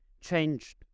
changed